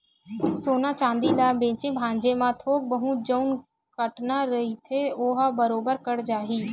सोना चांदी ल बेंचे भांजे म थोक बहुत जउन कटना रहिथे ओहा बरोबर कट जाही